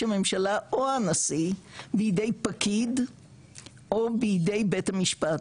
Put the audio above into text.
הממשלה או הנשיא בידי פקיד או בידי בית המשפט,